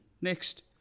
Next